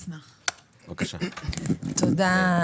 תודה,